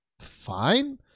fine